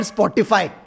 Spotify